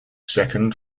second